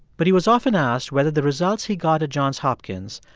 but he was often asked whether the results he got at johns hopkins,